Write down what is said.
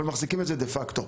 אבל מחזיקים את זה דה פקטו.